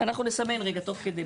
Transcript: אנחנו נסמן רגע, תוך כדי.